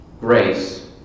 grace